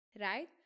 right